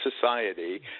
society